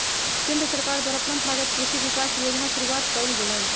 केंद्र सरकार द्वारा परंपरागत कृषि विकास योजना शुरूआत कइल गेलय